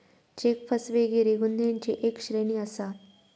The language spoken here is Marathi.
चेक फसवेगिरी गुन्ह्यांची एक श्रेणी आसा